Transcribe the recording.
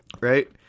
Right